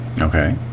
Okay